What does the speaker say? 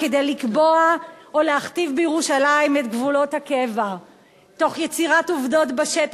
כדי לקבוע או להכתיב בירושלים את גבולות הקבע תוך יצירת עובדות בשטח.